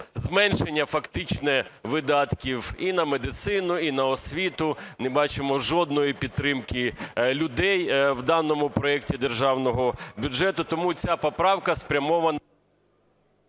зменшення фактичне видатків і на медицину, і на освіту, не бачимо жодної підтримки людей в даному проекті Державного бюджету. Тому ця поправка спрямована…